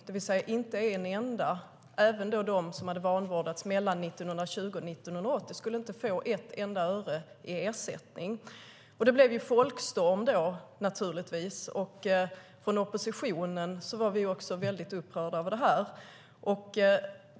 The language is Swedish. Inte en enda, inte heller de som hade vanvårdats mellan 1920 och 1980, skulle få ett enda öre i ersättning. Då blev det folkstorm, naturligtvis. Från oppositionen var vi också väldigt upprörda över det.